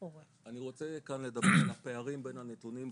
אני רוצה כאן לדבר על הפערים בין הנתונים,